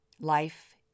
Life